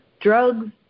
drugs